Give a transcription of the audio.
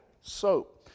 soap